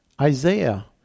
Isaiah